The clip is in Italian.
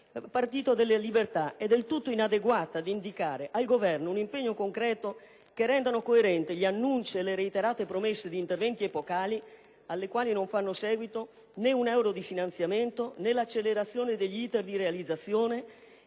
Popolo della Libertà è del tutto inadeguata ad indicare al Governo un impegno concreto che renda coerenti gli annunci e le reiterate promesse di interventi epocali ai quali non fanno seguito né un euro di finanziamento, né l'accelerazione degli *iter* di realizzazione,